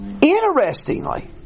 interestingly